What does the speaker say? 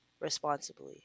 responsibly